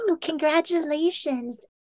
congratulations